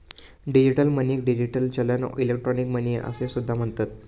digital मनीक digital चलन, electronic money असो सुद्धा म्हणतत